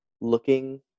looking